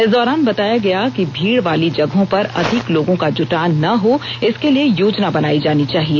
इस दौरान बताया गया भीड़ वाली जगहों पर अधिक लोगों का जुटान न हो इसके लिए योजना बनाई जानी चाहिए